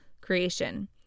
creation